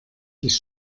dich